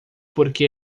porque